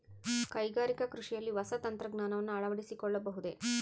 ಕೈಗಾರಿಕಾ ಕೃಷಿಯಲ್ಲಿ ಹೊಸ ತಂತ್ರಜ್ಞಾನವನ್ನ ಅಳವಡಿಸಿಕೊಳ್ಳಬಹುದೇ?